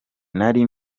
nari